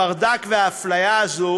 הברדק והאפליה האלה